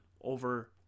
over